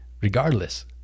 Regardless